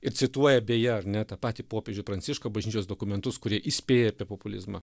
ir cituoja beje ar ne tą patį popiežių pranciškų bažnyčios dokumentus kurie įspėja apie populizmą